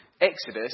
Exodus